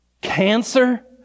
cancer